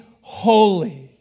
Holy